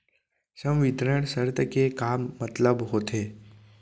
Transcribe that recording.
संवितरण शर्त के का मतलब होथे?